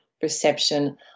perception